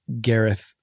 Gareth